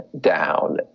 down